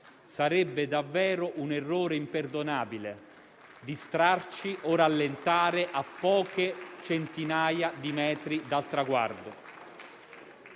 Sarebbe davvero un errore imperdonabile distrarci o rallentare a poche centinaia di metri dal traguardo.